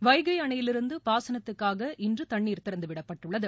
வைகை அணையிலிருந்து பாசனத்துக்காக இன்று தண்ணீர் திறந்துவிடப்பட்டுள்ளது